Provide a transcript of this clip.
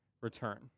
return